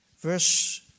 Verse